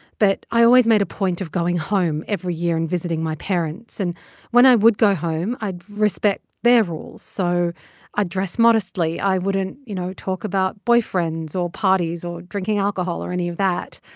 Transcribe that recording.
but i always made a point of going home every year and visiting my parents. and when i would go home, i'd respect their rules. so i'd ah dress modestly i wouldn't, you know, talk about boyfriends or parties or drinking alcohol or any of that.